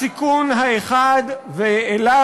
הסיכון האחד, ולו